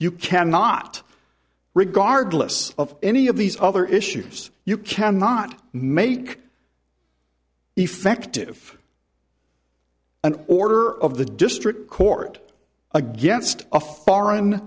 you cannot regardless of any of these other issues you cannot make effective an order of the district court against a foreign